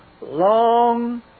long